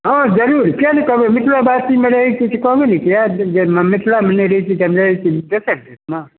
हँ जरूर किआ नहि कहबै मिथिला वासीमे रहै छियै तऽ कहबै ने किआ जे मिथिलामे नहि रहै छी रहे छी दोसर देशमे